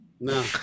No